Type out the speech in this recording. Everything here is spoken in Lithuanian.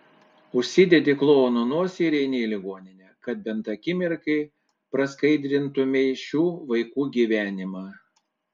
užsidedi klouno nosį ir eini į ligoninę kad bent akimirkai praskaidrintumei šių vaikų gyvenimą